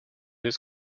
his